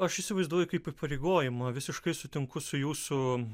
aš įsivaizduoju kaip įpareigojimą visiškai sutinku su jūsų